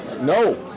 no